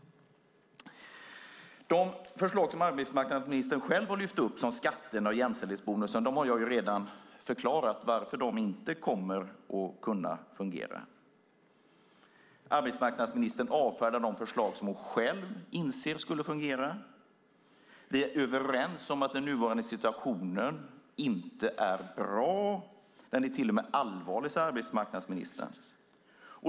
Jag har redan förklarat varför de förslag som arbetsmarknadsministern själv lyft upp, skatterna och jämställdhetsbonusen, inte kommer att fungera. Arbetsmarknadsministern avfärdar de förslag som hon själv inser skulle fungera. Vi är överens om att den nuvarande situationen inte är bra. Den är till och med allvarlig, sade arbetsmarknadsministern.